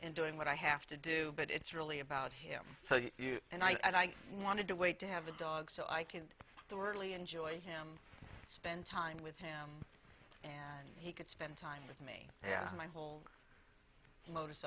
and doing what i have to do but it's really about him so you and i wanted to wait to have a dog so i can store really enjoy him spend time with him and he could spend time with me yeah my whole modus